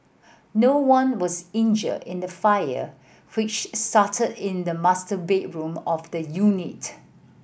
no one was injured in the fire which started in the master bedroom of the unit